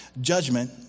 judgment